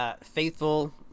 Faithful